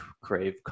crave